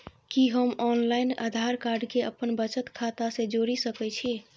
कि हम online Aadhaar card के अपन बचत खाता से जोरि सकै छी?